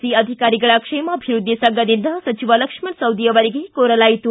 C ಅಧಿಕಾರಿಗಳ ಕ್ಷೇಮಾಭಿವೃದ್ದಿ ಸಂಘದಿಂದ ಸಚಿವ ಲಕ್ಷ್ಮಣ ಸವದಿ ಅವರಿಗೆ ಕೋರಲಾಯಿತು